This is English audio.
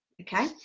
Okay